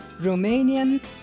Romanian